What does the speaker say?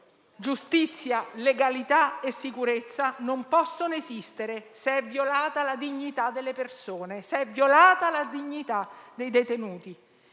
Giustizia, legalità e sicurezza non possono esistere, se è violata la dignità delle persone, se è violata la dignità dei detenuti.